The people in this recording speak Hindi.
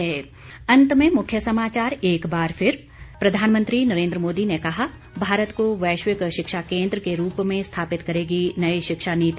अंत में मुख्य समाचार एक बार फिर प्रधानमंत्री नरेंद्र मोदी ने कहा भारत को वैश्विक शिक्षा केंद्र के रूप में स्थापित करेगी नई शिक्षा नीति